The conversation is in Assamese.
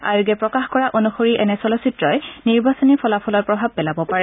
আয়োগে প্ৰকাশ কৰা অনুসৰি এনে চলচিত্ৰই নিৰ্বাচনী ফলাফলত প্ৰভাৱ পেলাব পাৰে